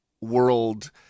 world